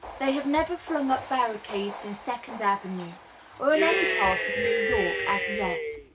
they have never flung up barricades in second avenuea or in any part of new york, as yet.